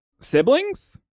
siblings